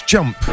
Jump